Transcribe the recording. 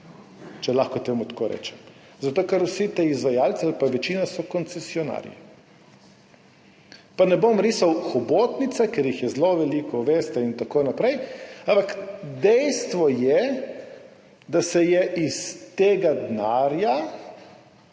če lahko temu tako rečem. Zato ker vsi ti izvajalci ali pa večina so koncesionarji. Pa ne bom risal hobotnice, ker jih je zelo veliko, veste, in tako naprej, ampak dejstvo je, da se je iz tega denarja